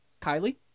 Kylie